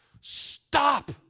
Stop